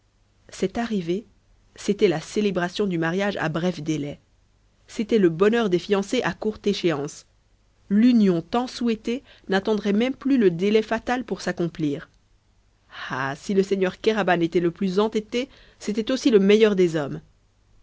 cette arrivée c'était la célébration du mariage à bref délai c'était le bonheur des fiancés à courte échéance l'union tant souhaitée n'attendrait même plus le délai fatal pour s'accomplir ah si le seigneur kéraban était le plus entêté c'était aussi le meilleur des hommes